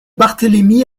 barthélemy